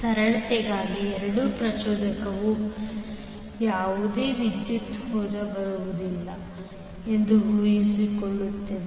ಸರಳತೆಗಾಗಿ ಎರಡನೇ ಪ್ರಚೋದಕವು ಯಾವುದೇ ವಿದ್ಯುತ್ ಹೊಂದಿರುವುದಿಲ್ಲ ಎಂದು ಊಹಿಸುತ್ತವೆ